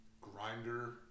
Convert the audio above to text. Grinder